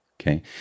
okay